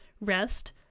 Rest